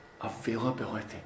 availability